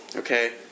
Okay